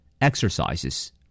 Exercises